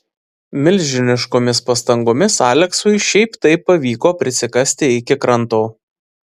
milžiniškomis pastangomis aleksui šiaip taip pavyko prisikasti iki kranto